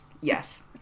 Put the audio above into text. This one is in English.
Yes